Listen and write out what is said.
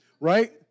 Right